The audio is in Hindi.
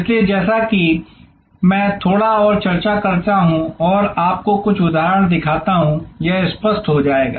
इसलिए जैसा कि मैं थोड़ा और चर्चा करता हूं और आपको कुछ उदाहरण दिखाता हूं यह स्पष्ट हो जाएगा